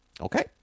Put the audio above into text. Okay